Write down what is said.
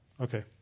Okay